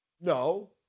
No